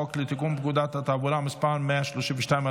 חוק לתיקון פקודת התעבורה (מס' 132,